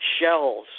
shells